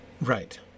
Right